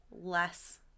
less